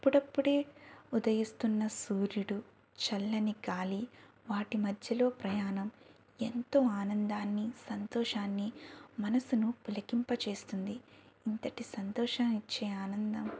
అప్పుడప్పుడే ఉదయిస్తున్న సూర్యుడు చల్లని గాలి వాటి మధ్యలో ప్రయాణం ఎంతో ఆనందాన్ని సంతోషాన్ని మనసును పులకింప చేస్తుంది ఇంతటి సంతోషం ఇచ్చే ఆనందం